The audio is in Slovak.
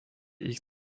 ich